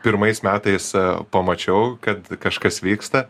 pirmais metais pamačiau kad kažkas vyksta